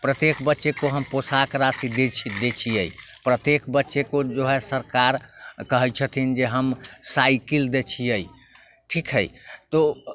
प्रत्येक बच्चे को हम पोशाक राशि दै छिए प्रत्येक बच्चे को जो है सरकार कहै छथिन जे हम साइकिल दै छिए ठीक हइ तऽ